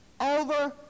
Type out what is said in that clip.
over